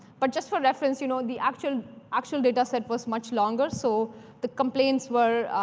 but just for reference, you know the actual actual dataset was much longer, so the complaints were